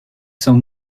sans